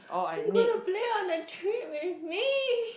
so you are going be on a trip with me